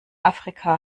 afrika